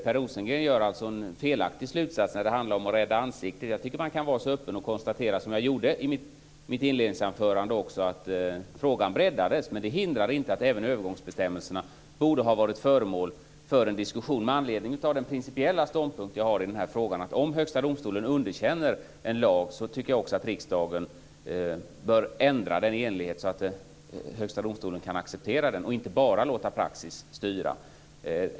Per Rosengren drar en felaktig slutsats i fråga om att rädda ansiktet. Jag tycker att jag kan vara så öppen och konstatera, som jag gjorde i mitt inledningsanförande, att frågan breddades. Men det hindrar inte att även övergångsbestämmelserna borde ha varit föremål för en diskussion med anledning av den principiella ståndpunkt jag har i frågan. Om Högsta domstolen underkänner en lag bör riksdagen ändra den så att Högsta domstolen kan acceptera den och inte bara låta praxis styra.